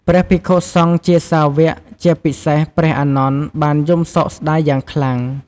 ព្រះភិក្ខុសង្ឃជាសាវក ជាពិសេសព្រះអានន្ទ បានយំសោកស្តាយយ៉ាងខ្លាំង។